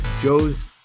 Joe's